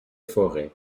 forêts